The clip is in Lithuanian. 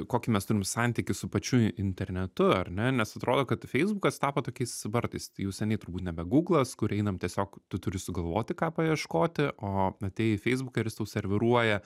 kokį mes turim santykį su pačiu internetu ar ne nes atrodo kad feisbukas tapo tokiais vartais tai jau seniai turbūt nebe gūglas kur einam tiesiog tu turi sugalvoti ką paieškoti o atėjai į feisbuką ir jis tau serviruoja